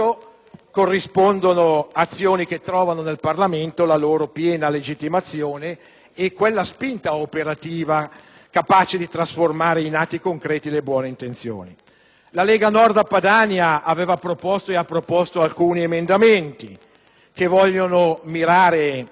corrispondono azioni che trovano nel Parlamento la loro piena legittimazione e quella spinta operativa capace di trasformare in atti concreti le buone intenzioni. La Lega Nord Padania ha proposto alcuni emendamenti che vogliono mirare